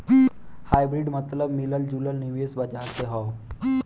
hybrid मतबल मिलल जुलल निवेश बाजार से हौ